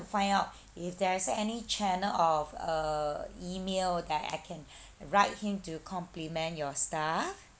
find out if there's any channel of uh email that I can write him to compliment your staff